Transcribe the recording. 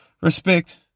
respect